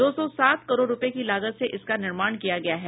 दो सौ सात करोड़ रुपये की लागत से इसका निर्माण किया गया है